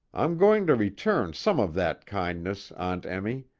i'm going to return some of that kindness, aunt emmy.